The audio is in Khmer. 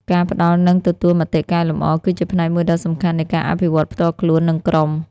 ការផ្តល់ និងទទួលមតិកែលម្អ គឺជាផ្នែកមួយដ៏សំខាន់នៃការអភិវឌ្ឍផ្ទាល់ខ្លួន និងក្រុម។